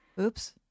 Oops